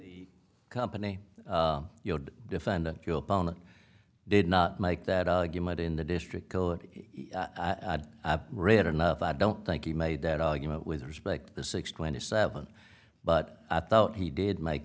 the company defendant did not make that argument in the district i've read enough i don't think he made that argument with respect to six twenty seven but i thought he did make